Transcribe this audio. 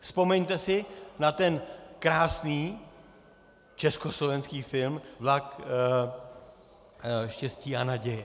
Vzpomeňte si na ten krásný československý film Vlak štěstí a naděje.